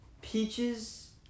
peaches